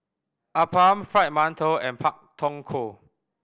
appam Fried Mantou and Pak Thong Ko